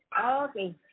okay